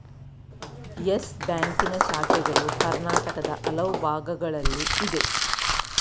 Yes ಬ್ಯಾಂಕಿನ ಶಾಖೆಗಳು ಕರ್ನಾಟಕದ ಹಲವು ಭಾಗಗಳಲ್ಲಿ ಇದೆ